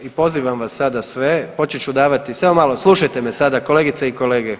I pozivam vas sada sve, počet ću davati, samo malo, slušajte me sada, kolegice i kolege.